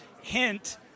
hint